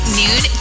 noon